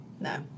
no